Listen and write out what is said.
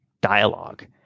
dialogue